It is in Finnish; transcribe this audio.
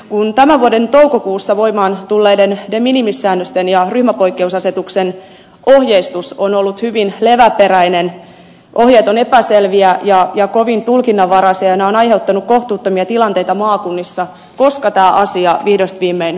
kun tämän vuoden toukokuussa voimaan tulleiden de minimis säännösten ja ryhmäpoikkeusasetuksen ohjeistus on ollut hyvin leväperäinen ohjeet ovat epäselviä ja kovin tulkinnanvaraisia ja ne ovat aiheuttaneet kohtuuttomia tilanteita maakunnissa koska tämä asia vihdoin viimein korjaantuu